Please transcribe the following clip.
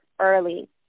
early